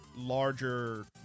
Larger